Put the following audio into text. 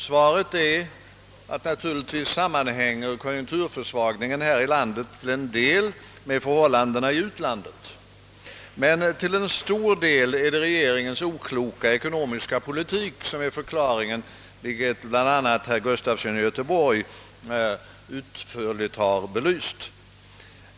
Svaret är att konjunkturförsvagningen här i landet till en del sammanhänger med förhållandena i utlandet men att det till en stor del är regeringens okloka ekonomiska politik som är förklaringen till detta läge, vilket bl.a. herr Gustafson i Göteborg utförligt har belyst.